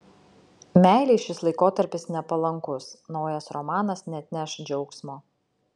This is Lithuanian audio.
meilei šis laikotarpis nepalankus naujas romanas neatneš džiaugsmo